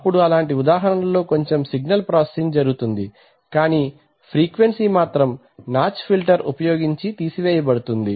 అప్పుడు అలాంటి ఉదాహారణలలో కొంచెం సిగ్నల్ ప్రొసెసింగ్ జరుగుతుంది కానీ ఫ్రీక్వెన్సీ మాత్రం నాచ్ ఫిల్టర్ ఉపయోగించి తీసివేయబడుతుంది